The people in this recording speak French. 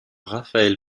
raphaël